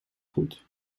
goed